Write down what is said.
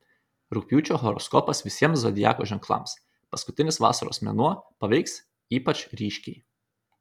rugpjūčio horoskopas visiems zodiako ženklams paskutinis vasaros mėnuo paveiks ypač ryškiai